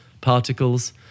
particles